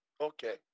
Okay